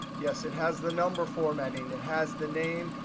yes it has the number formatting, it has the name,